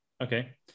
Okay